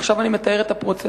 עכשיו אני מתאר את הפרוצדורה,